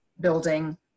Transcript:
building